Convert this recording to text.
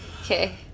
Okay